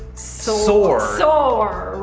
so sore. sore.